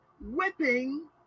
whipping